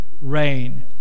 rain